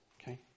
okay